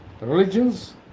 religions